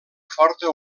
forta